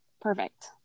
perfect